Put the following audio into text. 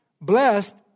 Blessed